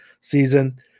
season